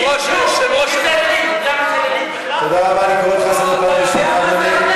משת"פית, אתה יודע מי זה, תודה